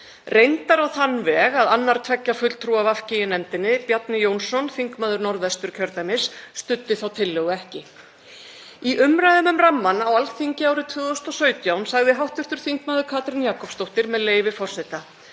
reyndar á þann veg að annar tveggja fulltrúa VG í nefndinni, Bjarni Jónsson, þingmaður Norðvesturkjördæmis, studdi þá tillögu ekki. Í umræðum um rammann á Alþingi árið 2017 sagði hv. þm. Katrín Jakobsdóttir með leyfi forseta: